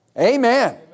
Amen